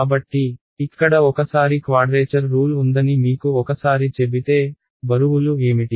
కాబట్టి ఇక్కడ ఒకసారి క్వాడ్రేచర్ రూల్ ఉందని మీకు ఒకసారి చెబితే బరువులు ఏమిటి